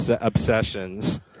obsessions